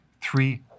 three